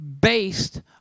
based